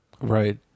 Right